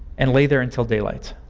and lay there until daylight.